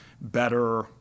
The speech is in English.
better